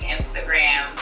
Instagram